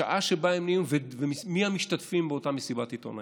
השעה שבה הן יהיו ומי המשתתפים באותה מסיבת עיתונאים.